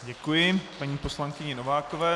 Děkuji paní poslankyni Novákové.